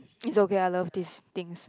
is okay I love these things